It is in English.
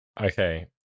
Okay